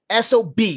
SOB